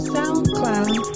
SoundCloud